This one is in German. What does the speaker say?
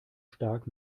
stark